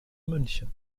münchen